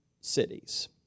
cities